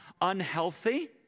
Unhealthy